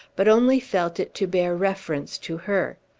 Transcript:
but only felt it to bear reference to her.